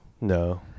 No